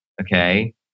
Okay